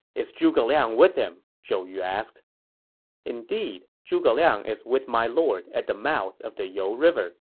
is zhuge liang with him? zhou yu asked indeed, zhuge liang is with my lord at the mouth of the you river.